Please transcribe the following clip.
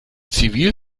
zivil